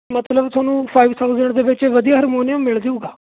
ਮਤਲਬ ਤੁਹਾਨੂੰ five thousand ਦੇ ਵਿੱਚ ਵਿੱਚ ਵਧੀਆ ਹਾਰਮੋਨੀਅਮ ਮਿਲ ਜਾਊਗਾ